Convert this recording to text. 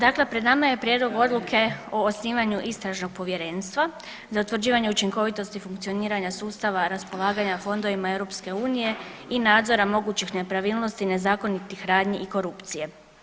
Dakle, pred nama je Prijedlog odluke o osnivanju istražnog povjerenstva za učinkovitosti funkcioniranja sustava raspolaganja fondovima EU i nadzora mogućih nepravilnosti nezakonitih radnji i korupcije.